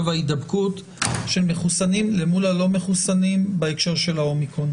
וההידבקות של מחוסנים אל מול הלא מחוסנים בהקשר של ה-אומיקרון.